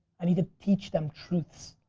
i need to teach them truths.